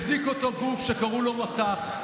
החזיק אותו גוף שקראו לו מט"ח.